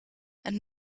and